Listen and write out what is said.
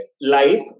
life